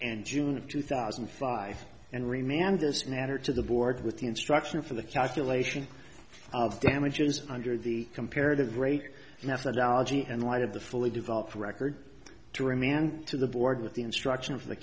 and june of two thousand and five and remained this matter to the board with the instruction for the calculation of damages under the comparative rate methodology in light of the fully developed record to remand to the board with the instruction of the